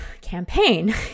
campaign